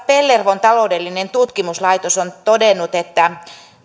pellervon taloudellinen tutkimuslaitos on todennut että